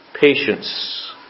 patience